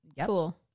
Cool